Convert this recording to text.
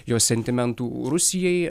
jos sentimentų rusijai